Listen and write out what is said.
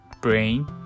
brain